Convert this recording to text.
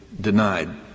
denied